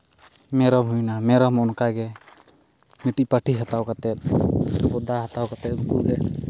ᱢᱮᱨᱚᱢ ᱦᱩᱭᱱᱟ ᱢᱮᱨᱚᱢ ᱦᱚᱸ ᱚᱱᱠᱟ ᱜᱮ ᱢᱤᱫᱴᱟᱝ ᱯᱟᱹᱴᱷᱤ ᱦᱟᱛᱟᱣ ᱠᱟᱛᱮᱫ ᱵᱚᱫᱟ ᱦᱟᱛᱟᱣ ᱠᱟᱛᱮᱫ ᱩᱱᱠᱩ ᱞᱮ